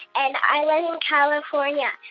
and i live in california.